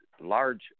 large